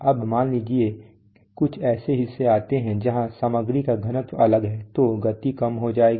अब मान लीजिए कुछ ऐसे हिस्से आते हैं जहां सामग्री का घनत्व अलग है तो गति कम हो जाएगी